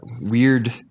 weird